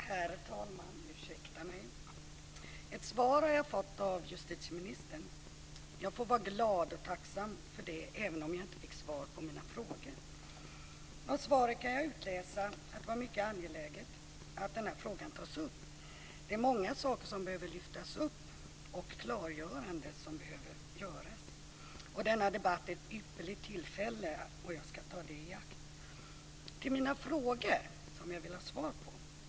Herr talman! Ett svar har jag fått av justitieministern. Jag får vara glad och tacksam för det, även om jag inte fick svar på mina frågor. Av svaret kan jag utläsa att det är mycket angeläget att den här frågan tas upp. Det är många saker som behöver lyftas upp och klargöranden som behöver göras. Denna debatt är ett ypperligt tillfälle, och jag ska ta det i akt. Så till mina frågor som jag vill ha svar på.